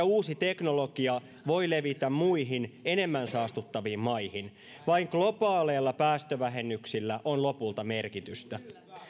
uusi teknologia voi levitä muihin enemmän saastuttaviin maihin vain globaaleilla päästövähennyksillä on lopulta merkitystä